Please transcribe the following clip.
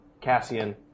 Cassian